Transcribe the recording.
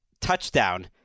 touchdown